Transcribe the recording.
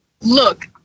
Look